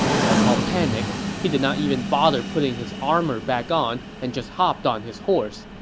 cao cao panicked. he did not even bother putting his armor back on and just hopped on his horse.